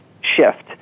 shift